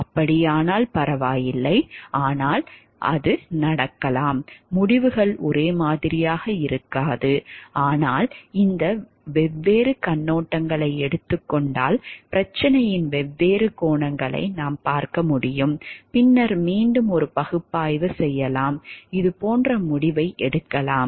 அப்படியானால் பரவாயில்லை ஆனால் அது நடக்கலாம் முடிவுகள் ஒரே மாதிரியாக இருக்காது ஆனால் இந்த வெவ்வேறு கண்ணோட்டங்களை எடுத்துக் கொண்டால் பிரச்சனையின் வெவ்வேறு கோணங்களை நாம் பார்க்க முடியும் பின்னர் மீண்டும் ஒரு பகுப்பாய்வு செய்யலாம் இது போன்ற முடிவை எடுக்கலாம்